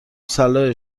صلاح